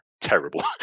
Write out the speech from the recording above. terrible